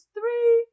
Three